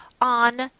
on